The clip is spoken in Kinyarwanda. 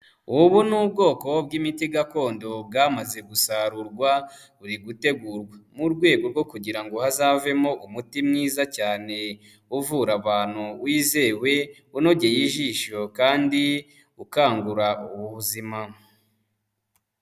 Ubu ni ubwoko bw'imiti gakondo bwamaze gusarurwa buri gutegurwa mu rwego rwo kugira ngo hazavemo umuti mwiza cyane, uvura abantu wizewe, unogeye ijisho kandi ukangura ubu buzima.